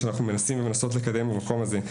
שאנחנו מנסים ומנסות לקדם במקום הזה.